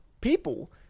people